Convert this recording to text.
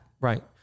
Right